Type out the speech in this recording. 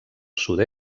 sud